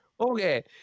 okay